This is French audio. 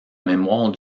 mémoire